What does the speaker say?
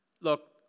look